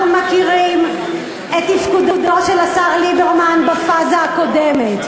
אנחנו מכירים את תפקודו של השר ליברמן בפאזה הקודמת,